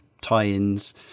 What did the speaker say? tie-ins